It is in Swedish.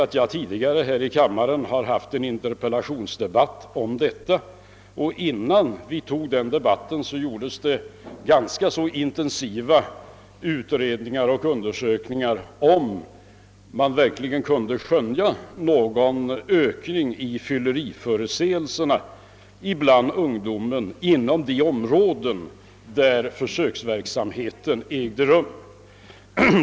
Jag har tidigare uppträtt i denna kammare i en frågeeller interpellationsdebatt om detta, och dessförinnan gjordes ganska intensiva utredningar av om det verkligen kunde skönjas någon ökning i fylleriförseelserna bland ungdomen inom de områden där försöksverksamheten ägde rum.